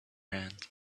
hand